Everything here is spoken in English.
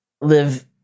live